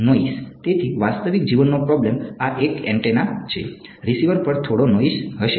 noise માપ મળશે